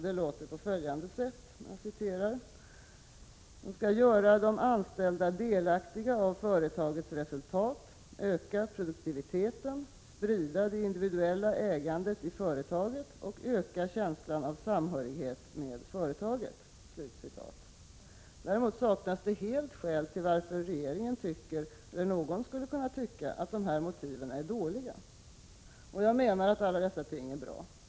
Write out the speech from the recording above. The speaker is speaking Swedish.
Det låter så här: ”Det skall göra de anställda delaktiga i företagets resultat, öka produktiviteten, sprida det individuella ägandet i företaget och öka känslan av samhörighet med företaget.” Däremot saknas helt skälen till att regeringen tycker — eller någon skulle kunna tycka — att motiven är dåliga. Jag menar att alla dessa ting är bra.